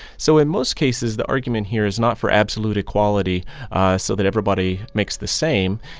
so in most cases, the argument here is not for absolute equality so that everybody makes the same.